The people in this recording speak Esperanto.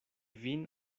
vin